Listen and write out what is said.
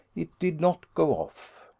it did not go off.